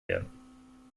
werden